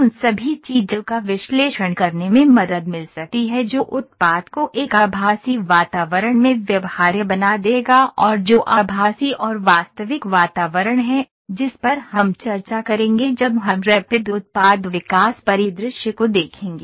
उन सभी चीजों का विश्लेषण करने में मदद मिल सकती है जो उत्पाद को एक आभासी वातावरण में व्यवहार्य बना देगा और जो आभासी और वास्तविक वातावरण है जिस पर हम चर्चा करेंगे जब हम रैपिड उत्पाद विकास परिदृश्य को देखेंगे